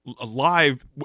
alive